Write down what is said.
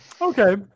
Okay